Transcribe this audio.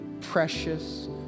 precious